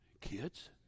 kids